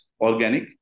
organic